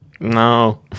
No